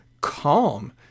calm